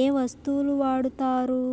ఏ వస్తువులు వాడుతారు?